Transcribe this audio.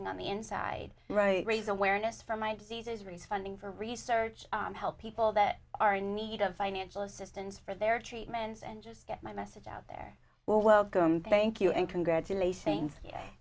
facing on the inside right raise awareness for my diseases reese funding for research and help people that are in need of financial assistance for their treatments and just get my message out there well welcome thank you and congratulations